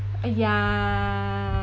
!aiya!